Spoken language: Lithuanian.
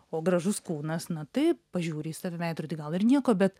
o gražus kūnas na taip pažiūri į save veidrody gal ir nieko bet